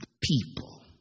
people